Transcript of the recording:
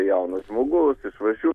jaunas žmogus išvažiuo